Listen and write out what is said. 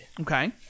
Okay